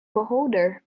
beholder